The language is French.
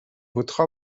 votre